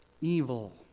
evil